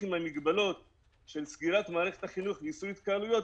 עם המגבלות של סגירת מערכת החינוך ואיסור התקהלויות